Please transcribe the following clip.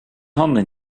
handen